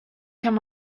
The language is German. kann